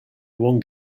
one